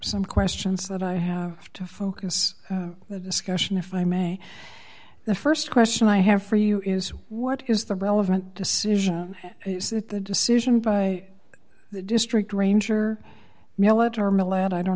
some questions that i have to focus the discussion if i may the st question i have for you is what is the relevant decision is that the decision by the district ranger